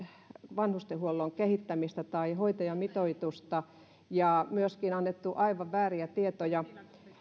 vanhustenhuollon kehittämistä tai hoitajamitoitusta ja myöskin annettu aivan vääriä tietoja